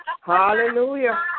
Hallelujah